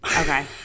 Okay